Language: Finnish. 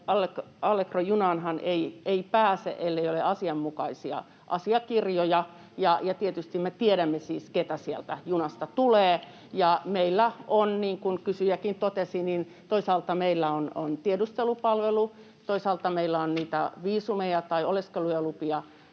Allegro-junaanhan ei pääse, ellei ole asianmukaisia asiakirjoja. Tietysti me tiedämme siis, keitä sieltä junasta tulee. Ja meillä on, niin kuin kysyjäkin totesi, toisaalta tiedustelupalvelu, toisaalta niitä viisumeja tai oleskelulupia